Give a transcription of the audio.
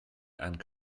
and